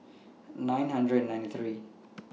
nine hundred and ninety three